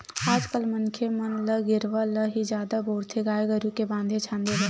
आज कल मनखे मन ल गेरवा ल ही जादा बउरथे गाय गरु के बांधे छांदे बर